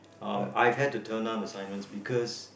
um I had to turn down assignments because